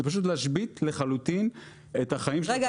זה פשוט להשבית לחלוטין את החיים של הצרכנים.